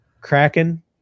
Kraken